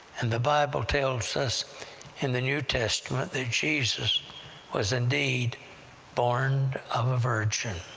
and the bible tells us in the new testament that jesus was indeed born of a virgin.